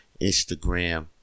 Instagram